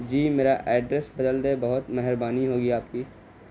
جی میرا ایڈریس بدل دیں بہت مہربانی ہوگی آپ کی